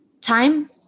Time